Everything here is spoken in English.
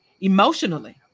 emotionally